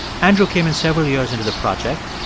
andrew came in several years into the project.